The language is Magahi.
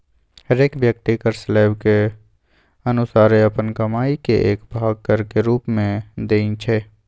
हरेक व्यक्ति कर स्लैब के अनुसारे अप्पन कमाइ के एक भाग कर के रूप में देँइ छै